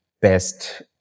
best